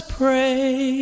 pray